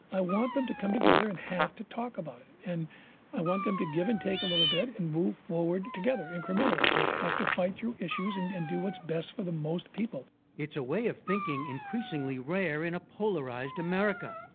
i want them to come together and have to talk about it. and i want them to give and take a little bit and move forward together incrementally, to have to fight through issues and and do what's best for the most people. jeffrey brown it's a way of thinking increasingly rare in a polarized america,